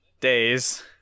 days